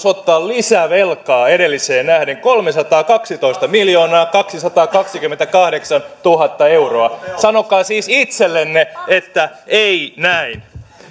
ottaa lisää velkaa edelliseen nähden kolmesataakaksitoistamiljoonaakaksisataakaksikymmentäkahdeksantuhatta euroa sanokaa siis itsellenne että ei näin